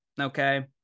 Okay